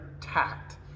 tact